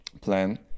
plan